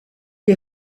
est